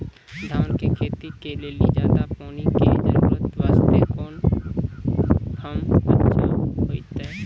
धान के खेती के लेली ज्यादा पानी के जरूरत वास्ते कोंन पम्प अच्छा होइते?